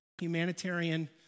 humanitarian